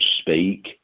speak